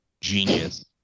genius